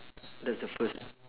that's the first